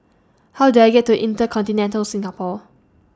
How Do I get to InterContinental Singapore